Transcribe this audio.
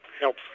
help